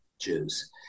Jews